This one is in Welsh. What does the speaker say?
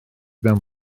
mewn